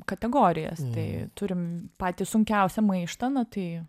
kategorijas tai turim patį sunkiausią maištą na tai